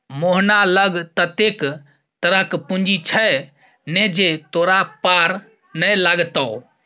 मोहना लग ततेक तरहक पूंजी छै ने जे तोरा पार नै लागतौ